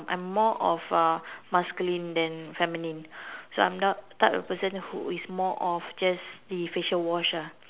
I'm more of uh masculine than feminine so I'm not type of person who is more of just the facial wash ah